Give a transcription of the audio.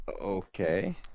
okay